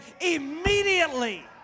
immediately